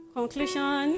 conclusion